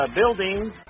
buildings